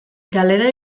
galera